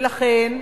ולכן,